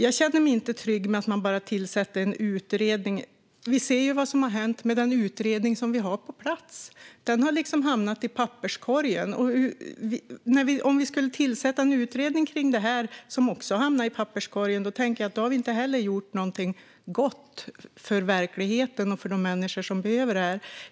Jag känner mig inte trygg med att man bara tillsätter en utredning. Vi ser vad som har hänt med den utredning som vi har på plats. Den har hamnat i papperskorgen. Om vi skulle tillsätta en utredning om detta som också hamnar i papperskorgen då har vi inte heller gjort någonting gott för verkligheten och för de människor som behöver detta.